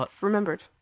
remembered